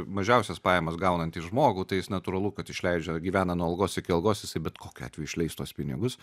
mažiausias pajamas gaunantį žmogų tai jis natūralu kad išleidžia gyvena nuo algos iki algos jisai bet kokiu atveju išleis pinigus